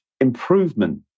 improvement